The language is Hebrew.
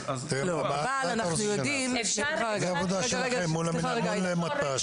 אז --- זו עבודה שלכם מול המינהל האזרחי.